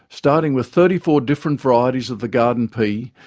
starting with thirty four different varieties of the garden pea,